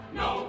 no